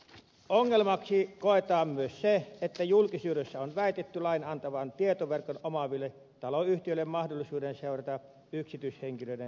ongelmaksi koetaan myös se että julkisuudessa on väitetty lain antavan tietoverkon omaaville taloyhtiöille mahdollisuuden seurata yksityishenkilöiden sähköpostiliikennettä